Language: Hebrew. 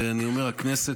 ואני אומר שהכנסת,